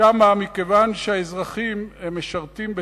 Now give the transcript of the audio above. שמה, מכיוון שהאזרחים משרתים בצה"ל,